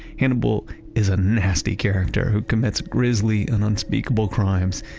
hannibal is a nasty character who commits grisly and unspeakable crimes.